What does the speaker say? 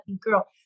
girl